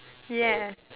yeah